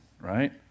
right